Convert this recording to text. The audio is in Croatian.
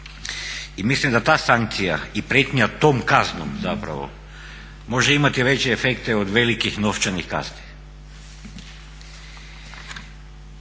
I mislim da ta sankcija i prijetnja tom kaznom zapravo može imati veće efekte od velikih novčanih kazni.